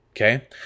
Okay